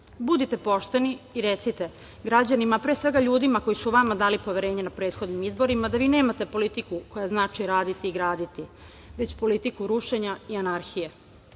Budite pošteni i recite građanima, a pre svega ljudima koji su vama dali poverenje na prethodnim izborima da vi nemate politiku koja znači raditi i graditi, već politiku rušenja i anarhije,